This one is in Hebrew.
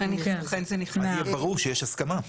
ואז יהיה ברור שיש הסכמה.